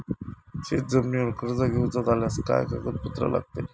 शेत जमिनीवर कर्ज घेऊचा झाल्यास काय कागदपत्र लागतली?